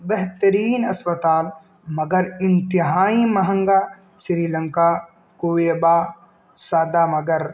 بہترین اسپتال مگر انتہائی مہنگا سری لنکا کوئییبا سادہ مگر